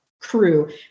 crew